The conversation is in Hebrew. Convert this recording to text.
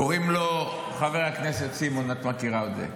קוראים לו חבר הכנסת סימון, את מכירה אותו.